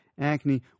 acne